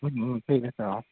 ঠিক আছে অঁ